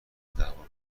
دعوام